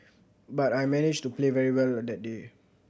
but I managed to play very well that day